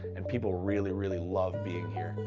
and people really, really love being here.